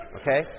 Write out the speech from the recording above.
okay